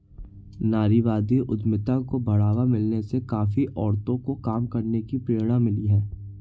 नारीवादी उद्यमिता को बढ़ावा मिलने से काफी औरतों को काम करने की प्रेरणा मिली है